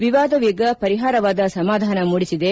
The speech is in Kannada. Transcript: ವಿವಾದವೀಗ ಪರಿಹಾರವಾದ ಸಮಾಧಾನ ಮೂಡಿಸಿದೆ